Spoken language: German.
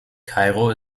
kairo